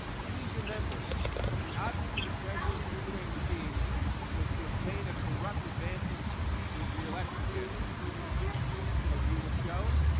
please remember that the object of the president ukraine scheme was to obtain a corrupt advantage for his reelection campaign and as we will show,